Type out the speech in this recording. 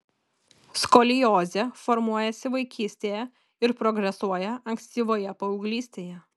skoliozė formuojasi vaikystėje ir progresuoja ankstyvoje paauglystėje